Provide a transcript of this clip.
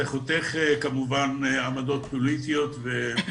זה חותך כמובן עמדות פוליטיות.